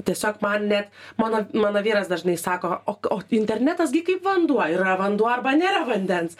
tiesiog man net mano mano vyras dažnai sako o k internetas gi kaip vanduo yra vanduo arba nėra vandens